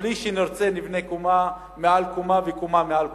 בלי שנרצה נבנה קומה מעל קומה וקומה מעל קומה.